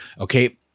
Okay